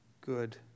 good